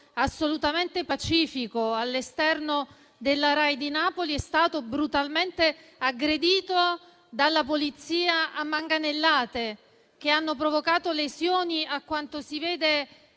assolutamente pacifico all'esterno della sede Rai di Napoli, è stato brutalmente aggredito dalla polizia, con manganellate che hanno provocato lesioni a quanto si vede